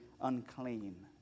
unclean